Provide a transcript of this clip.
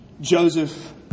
Joseph